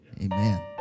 Amen